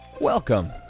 Welcome